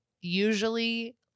Usually